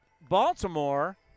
Baltimore